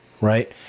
right